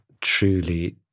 truly